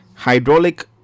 Hydraulic